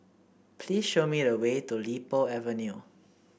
please show me the way to Li Po Avenue